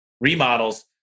remodels